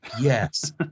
Yes